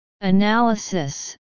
Analysis